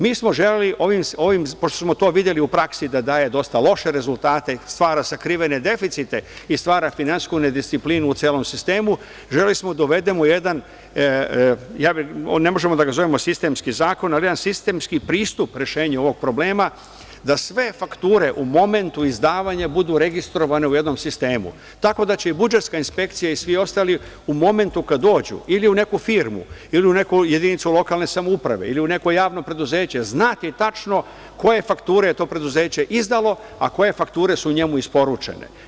Mi smo želeli ovim, pošto smo to videli u praksi, da daje dosta loše rezultate, stvara sakrivene deficite i stvara finansijsku nedisciplinu u celom sistemu, želeli smo da uvedemo jedan, ne možemo ga nazvati sistemski zakon, ali jedan sistemski pristup rešenju ovog problema, da sve fakture u momentu izdavanja budu registrovane u jednom sistemu, tako da će budžetska inspekcija i svi ostali u momentu kada dođu ili u neku firmu ili u neku jedinicu lokalne samouprave, ili u neko javno preduzeće, znati tačno koje fakture je to preduzeće izdalo, a koje fakture su njemu isporučene.